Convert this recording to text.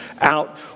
out